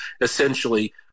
essentially